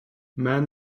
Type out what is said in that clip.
man